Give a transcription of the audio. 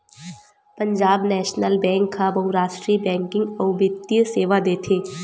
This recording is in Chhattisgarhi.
पंजाब नेसनल बेंक ह बहुरास्टीय बेंकिंग अउ बित्तीय सेवा देथे